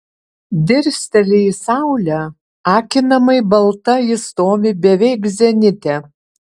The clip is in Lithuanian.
dirsteli į saulę akinamai balta ji stovi beveik zenite